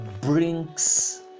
brings